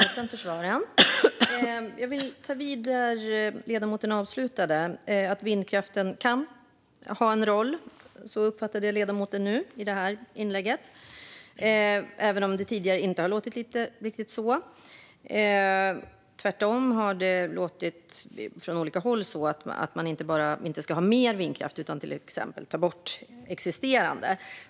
Fru talman! Tack till ledamoten för svaren! Jag vill ta vid där ledamoten avslutade, det vill säga att vindkraften kan ha en roll. Så uppfattade jag ledamoten i det här inlägget, även om det inte riktigt har låtit så tidigare. Tvärtom har det från olika håll låtit som att man inte bara inte ska ha mer vindkraft utan även ta bort existerande.